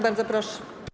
Bardzo proszę.